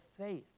faith